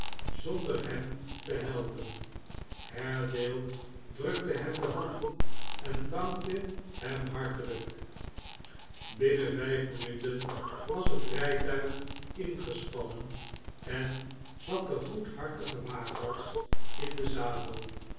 zonder hem te helpen haredale drukte hem de hand en dankte hem hartelijk binnen vijf minuten was het rijtuig ingespannen en zat de fgoedhartige waaghals in den zadel